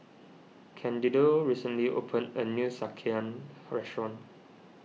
Candido recently opened a new Sekihan restaurant